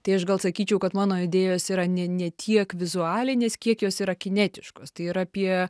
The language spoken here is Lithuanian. tai aš gal sakyčiau kad mano idėjos yra ne ne tiek vizualinės kiek jos yra kinietiškos tai ir apie